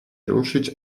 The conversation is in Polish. ruszyć